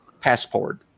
passport